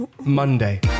Monday